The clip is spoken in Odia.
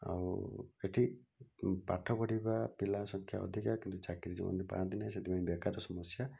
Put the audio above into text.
ଆଉ ଏଠି ପାଠ ପଢିବା ପିଲାସଂଖ୍ୟା ଅଧିକା କିନ୍ତୁ ଚାକିରି ଯେଉଁମାନେ ପାଆନ୍ତି ନାହିଁ ସେଥିପାଇଁ ବେକାରି ସମସ୍ୟା